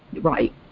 right